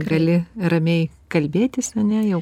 gali ramiai kalbėtis ane jau